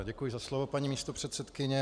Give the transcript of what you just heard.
Děkuji za slovo, paní místopředsedkyně.